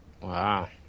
Wow